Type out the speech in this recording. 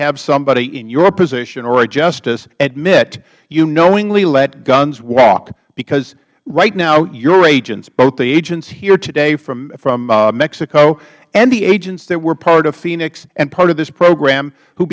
have somebody in your position or at justice admit you knowingly let guns walk because right now your agents both the agents here today from mexico and the agents that were part of phoenix and part of this program who